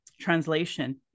translation